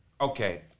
okay